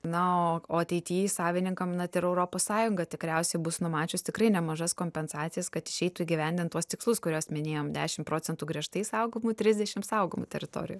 na o o ateity savininkam net ir europos sąjunga tikriausiai bus numačius tikrai nemažas kompensacijas kad išeitų įgyvendint tuos tikslus kuriuos minėjom dešim procentų griežtai saugomų trisdešim saugomų teritorijų